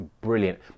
brilliant